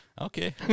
okay